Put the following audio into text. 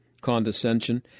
Condescension